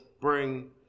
bring